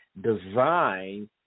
design